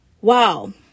wow